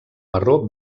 marró